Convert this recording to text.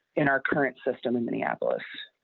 in our current system in minneapolis.